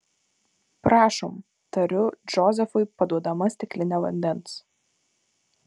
prašom tariu džozefui paduodama stiklinę vandens